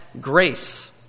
grace